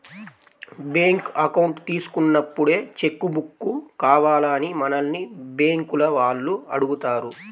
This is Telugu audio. బ్యేంకు అకౌంట్ తీసుకున్నప్పుడే చెక్కు బుక్కు కావాలా అని మనల్ని బ్యేంకుల వాళ్ళు అడుగుతారు